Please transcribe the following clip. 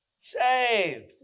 saved